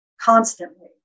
constantly